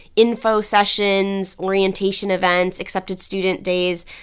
info sessions, orientation events, accepted student days.